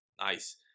Nice